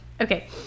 Okay